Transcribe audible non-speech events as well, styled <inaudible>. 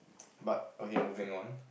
<noise> but okay moving on